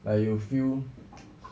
like you feel